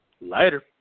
Later